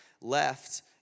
left